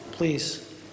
please